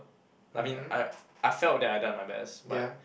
I mean I I felt that I done my best but